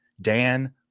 Dan